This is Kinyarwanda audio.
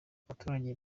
abaturage